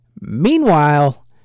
Meanwhile